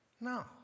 No